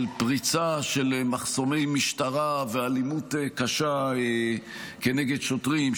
של פריצת מחסומי משטרה ושל אלימות קשה כנגד שוטרים,